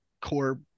Core